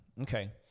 okay